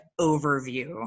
overview